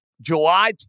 July